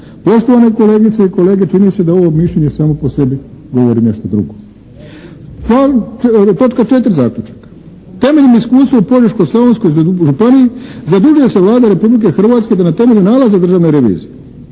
Poštovane kolegice i kolege, čini se da ovo mišljenje samo po sebi govori nešto drugo. Točka 4. zaključaka: "Temeljem iskustva u Požeško-slavonskoj županiji zadužuje se Vlada Republike Hrvatske da na temelju nalaza Državne revizije